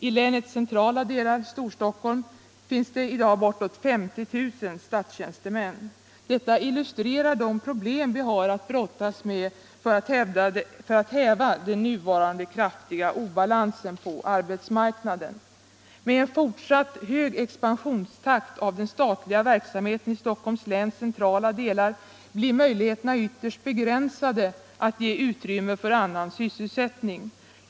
I länets centrala delar, Storstockholm, finns det i dag bortåt 50 000 statstjänstemän. Detta illustrerar de problem vi har att brottas med för att häva den nuvarande kraftiga obalansen på arbetsmarknaden. Med en fortsatt hög expansionstakt för den statliga verksamheten i Stockholms läns centrala delar blir möjligheterna ytterst begränsade att ge utrymme för annan sysselsättning.